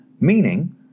Meaning